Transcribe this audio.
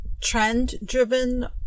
trend-driven